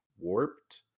warped